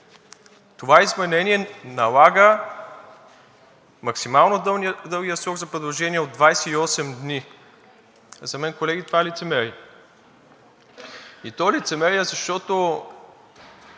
това изменение налага максимално дългия срок за предложение от 28 дни. За мен, колеги, това е лицемерие, и то е лицемерие, защото